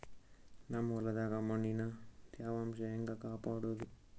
ನಮ್ ಹೊಲದಾಗ ಮಣ್ಣಿನ ತ್ಯಾವಾಂಶ ಹೆಂಗ ಕಾಪಾಡೋದು?